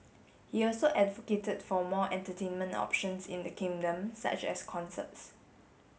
he also advocated for more entertainment options in the kingdom such as concerts